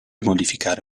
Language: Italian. modificare